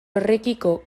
horrekiko